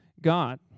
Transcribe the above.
God